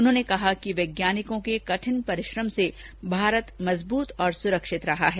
उन्होंने कहा है कि वैज्ञानिकों के कठिन परिश्रम से भारत मजबूत और सुरक्षित रहा है